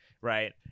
Right